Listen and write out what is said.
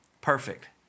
perfect